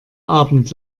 abend